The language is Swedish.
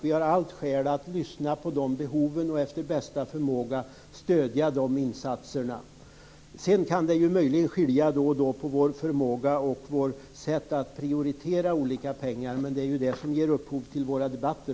Vi har alla skäl att lyssna och efter bästa förmåga stödja insatserna. Sedan kan det möjligen skilja på vår förmåga och på vårt sätt att prioritera olika pengar. Det är det som ger upphov till våra debatter.